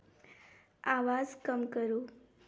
आवाज़ कम करो